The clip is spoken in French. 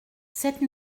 cette